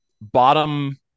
Bottom